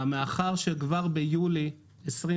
מאחר וכבר ביולי 2021,